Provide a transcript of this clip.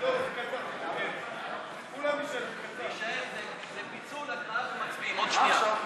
חוק הכניסה לישראל (תיקון מס' 29 והוראות שעה),